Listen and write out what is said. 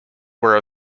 were